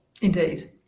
Indeed